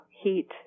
heat